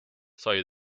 sai